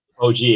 og